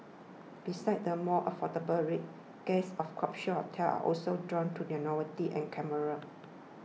besides the more affordable rates guests of capsule hotels are also drawn to their novelty and camera